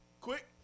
quick